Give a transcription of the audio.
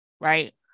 right